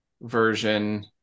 version